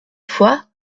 fois